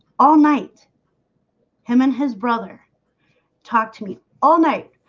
all night him and his brother talked to me all night.